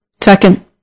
Second